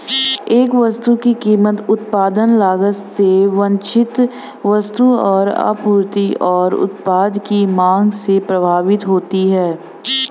एक वस्तु की कीमत उत्पादन लागत से वांछित वस्तु की आपूर्ति और उत्पाद की मांग से प्रभावित होती है